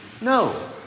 No